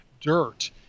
dirt